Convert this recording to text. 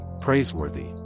praiseworthy